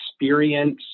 experience